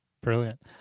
brilliant